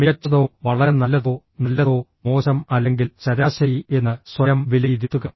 മികച്ചതോ വളരെ നല്ലതോ നല്ലതോ മോശം അല്ലെങ്കിൽ ശരാശരി എന്ന് സ്വയം വിലയിരുത്തുക